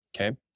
Okay